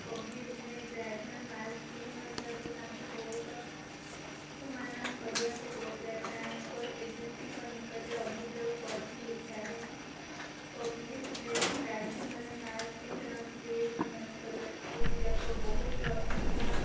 କୋଭିଡ଼ରେ driver mask ପିନ୍ଧୁ ନଥିବାକୁ ତାଙ୍କୁ ବହୁତ ଅପମାନ କରିବାକୁ ପଡ଼ୁଥିଲା ଟ୍ରାନ୍ସପୋର୍ଟ ଏଜେନ୍ସିଙ୍କ ନିକଟରେ ଅଭିଯୋଗ କରିଥିଲି କାରଣ କୋଭିଡ଼ରେ ଡ୍ରାଇଭର୍ମାନେ ମାସ୍କ ପିନ୍ଧୁ ନଥିଲେ ସେମାନଙ୍କର ସିଟ୍ ଯାକ ବହୁତ ଅସନା